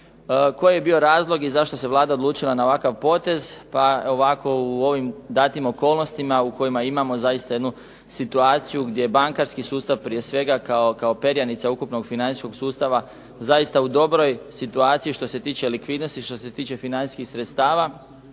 Koji je bio razlog i zašto se Vlada odlučila na ovakav potez? Pa ovako u ovim datim okolnostima u kojima imamo zaista jednu situaciju gdje bankarski sustav prije svega kao perjanica ukupnog financijskog sustava zaista u dobroj situaciji što se tiče likvidnosti, što se tiče financijskih sredstava.